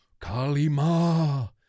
Kalima